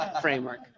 framework